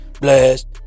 Blast